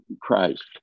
Christ